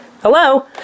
Hello